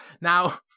Now